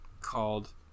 called